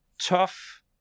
tough